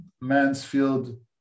Mansfield